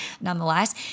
nonetheless